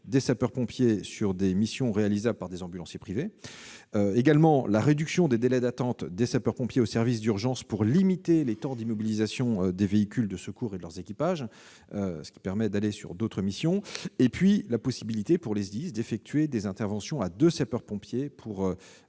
des sapeurs-pompiers pour des missions réalisables par des ambulanciers privés ; la réduction des délais d'attente des sapeurs-pompiers aux services d'urgence afin de limiter les temps d'immobilisation des véhicules de secours et de leurs équipages ; la possibilité pour les SDIS d'effectuer des interventions à deux sapeurs-pompiers, pour